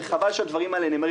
וחבל שהדברים האלה נאמרים.